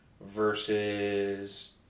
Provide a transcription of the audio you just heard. versus